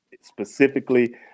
specifically